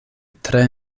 tre